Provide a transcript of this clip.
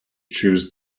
choose